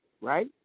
right